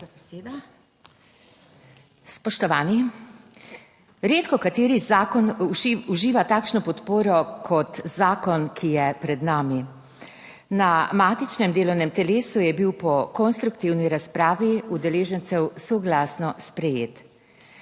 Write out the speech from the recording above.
lepa za besedo. Spoštovani! Redkokateri zakon uživa takšno podporo kot zakon, ki je pred nami. Na matičnem delovnem telesu je bil po konstruktivni razpravi udeležencev soglasno sprejet.